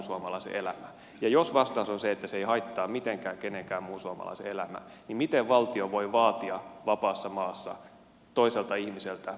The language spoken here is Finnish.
ja jos vastaus on se että se ei haittaa mitenkään kenenkään muun suomalaisen elämää niin miten valtio voi vaatia vapaassa maassa toiselta ihmiseltä lisääntymiskyvyttömyyttä